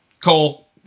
Cole